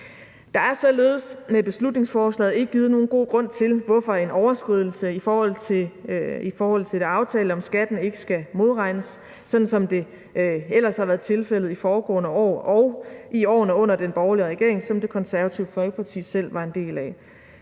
Der er således med beslutningsforslaget ikke givet nogen god grund til, at en overskridelse i forhold til det aftalte gør, at skatten ikke skal modregnes, sådan som det ellers har været tilfældet i foregående år og i årene under den borgerlige regering, som Det Konservative Folkeparti selv var en del af.